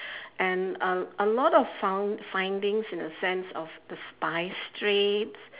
and um a lot of found findings in a sense of the spice trade